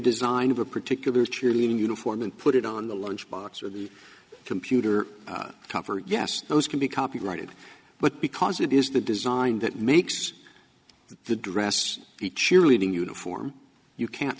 design of a particular cheerleading uniform and put it on the lunch box or the computer come for yes those can be copyrighted but because it is the design that makes the dress the cheerleading uniform you can't